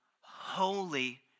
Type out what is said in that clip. holy